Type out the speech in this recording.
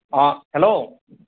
অঁ হেল্ল'